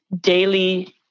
daily